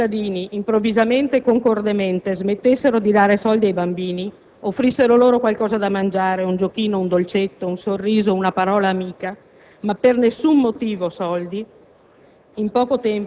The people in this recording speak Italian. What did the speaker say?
Se tutti i cittadini, improvvisamente e concordemente, smettessero di dare soldi ai bambini, offrissero loro qualcosa da mangiare (un giochino, un dolcetto, un sorriso o una parola amica), ma per nessun motivo soldi,